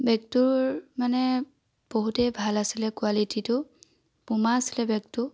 বেগটোৰ মানে বহুতেই ভাল আছিলে কোৱালিটিটো পুমা আছিলে বেগটো